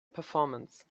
performance